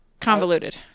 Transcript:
Convoluted